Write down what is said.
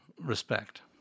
respect